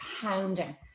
pounding